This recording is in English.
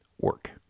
work